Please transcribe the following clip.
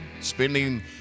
spending